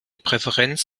präferenz